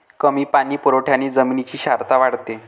कमी पाणी पुरवठ्याने जमिनीची क्षारता वाढते